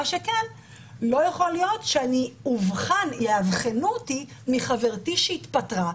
יכול להיות שיאבחנו אותי מחברתי שהתפטרה.